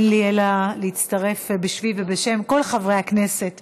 אין לי אלא להצטרף בשמי ובשם כל חברי הכנסת